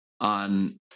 on